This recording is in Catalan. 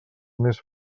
més